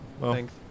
Thanks